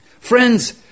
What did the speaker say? Friends